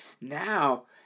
now